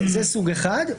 זה סוג אחד.